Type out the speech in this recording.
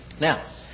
Now